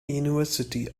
university